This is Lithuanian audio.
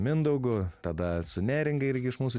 mindaugu tada su neringa irgi iš mūsų